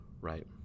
right